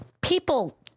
people